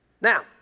Now